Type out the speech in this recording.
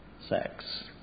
sex